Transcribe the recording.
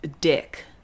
Dick